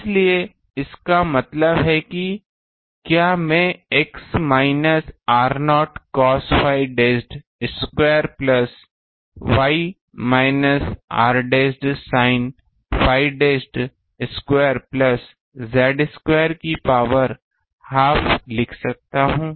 इसलिए इसका मतलब है कि क्या मैं x minus r0 cos phi dashed square plus y minus r dashed sin phi dashed square plus z square कि पॉवर हाफ लिख सकता हूँ